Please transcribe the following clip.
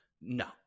No